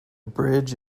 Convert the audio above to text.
bridge